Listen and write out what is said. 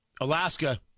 Alaska